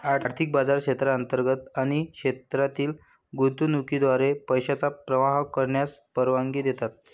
आर्थिक बाजार क्षेत्रांतर्गत आणि क्षेत्रातील गुंतवणुकीद्वारे पैशांचा प्रवाह करण्यास परवानगी देतात